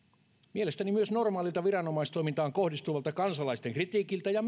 mielestäni myös normaalilta viranomaistoimintaan kohdistuvalta kansalaisten kritiikiltä ja